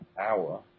Hour